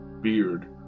beard